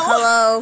Hello